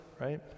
right